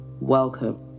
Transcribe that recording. Welcome